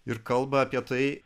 ir kalba apie tai